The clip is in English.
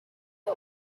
the